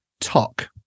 Talk